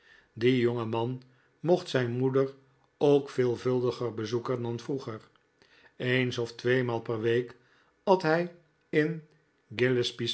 die jonge man mocht zijn moeder ook veelvuldiger bezoeken dan vroeger eens of tweeinaal per week at hij in